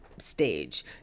stage